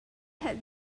had